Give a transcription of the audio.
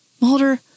Mulder